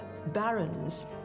Barons